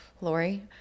Lori